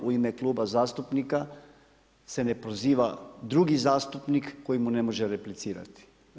U ime Kluba zastupnika se ne proziva drugi zastupnik koji mu ne može replicirati.